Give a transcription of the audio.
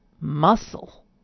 muscle